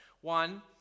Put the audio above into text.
One